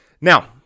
Now